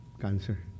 cancer